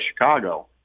Chicago